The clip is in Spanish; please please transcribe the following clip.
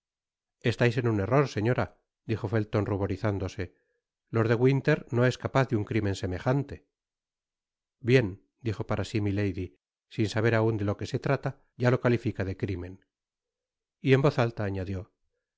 estais en un error señora dijo felton ruborizándose lord de winter no es capaz de un crimen semejante bien dijo para sí milady sin saber aun de lo que se trata ya lo califica de crimen y eu voz alta añadió